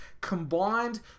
combined